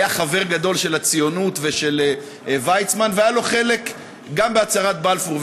והיה חבר גדול של הציונות ושל ויצמן והיה לו חלק גם בהצהרת בלפור.